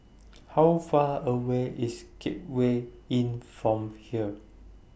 How Far away IS Gateway Inn from here